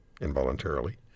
involuntarily